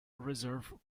reserve